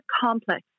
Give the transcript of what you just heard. complex